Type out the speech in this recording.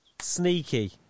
sneaky